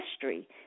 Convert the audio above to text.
history